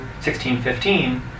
1615